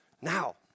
Now